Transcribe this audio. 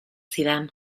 zidan